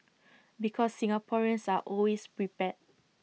because Singaporeans are always prepared